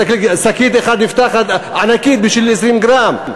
שקית אחת ענקית נפתחת בשביל 20 גרם.